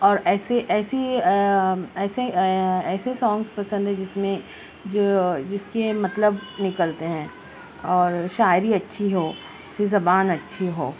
اور ایسے ایسی ایسے ایسے سانگس پسند ہیں جس میں جو جس کے مطلب نکلتے ہیں اور شاعری اچھی ہو اس کی زبان اچھی ہو